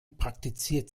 praktiziert